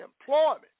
employment